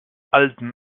alten